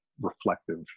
reflective